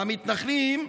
המתנחלים,